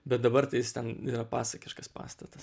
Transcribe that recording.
bet dabar tai jis ten yra pasakiškas pastatas